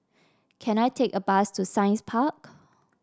can I take a bus to Science Park